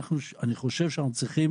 אני חושב שאנחנו צריכים